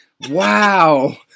Wow